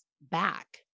back